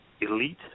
elite